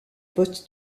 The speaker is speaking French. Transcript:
poste